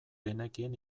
genekien